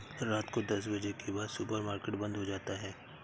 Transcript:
रात को दस बजे के बाद सुपर मार्केट बंद हो जाता है